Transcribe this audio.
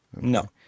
No